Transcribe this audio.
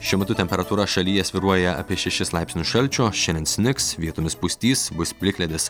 šiuo metu temperatūra šalyje svyruoja apie šešis laipsnius šalčio šiandien snigs vietomis pustys bus plikledis